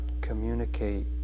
communicate